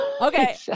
Okay